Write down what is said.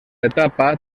etapa